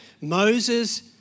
Moses